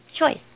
choice